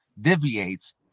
deviates